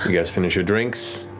guys finish your drinks,